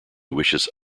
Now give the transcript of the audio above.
wishes